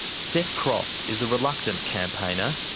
steph croft is a reluctant campaigner,